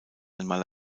einmal